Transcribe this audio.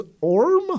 Orm